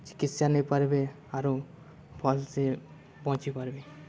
ଚିକିତ୍ସା ନେଇ ପାରିବେ ଆରୁ ଭଲ ସେ ବଞ୍ଚି ପାରିବେ